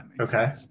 okay